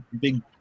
big